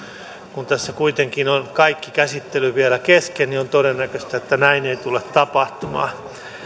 kun tässä kuitenkin on kaikki käsittely vielä kesken niin on todennäköistä että näin ei tule tapahtumaan